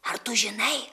ar tu žinai